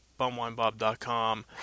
bumwinebob.com